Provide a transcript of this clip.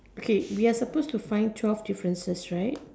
okay we are supposed to find twelve differences right